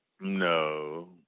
No